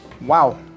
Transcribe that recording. Wow